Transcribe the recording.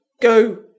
Go